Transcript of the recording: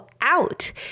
out